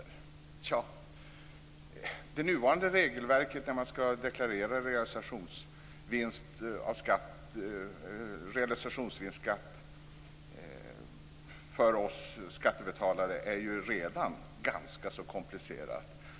Tja, det nuvarande regelverket för att deklarera realisationsvinst är för oss skattebetalare redan ganska komplicerat.